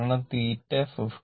കാരണം തീറ്റ 52